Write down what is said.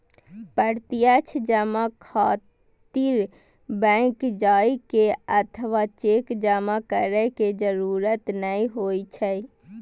प्रत्यक्ष जमा खातिर बैंक जाइ के अथवा चेक जमा करै के जरूरत नै होइ छै